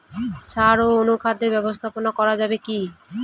সাড় ও অনুখাদ্য ব্যবস্থাপনা করা যাবে কি?